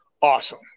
Awesome